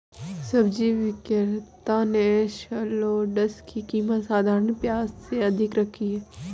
सब्जी विक्रेता ने शलोट्स की कीमत साधारण प्याज से अधिक रखी है